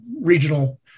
regional